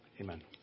Amen